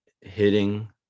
hitting